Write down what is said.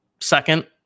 second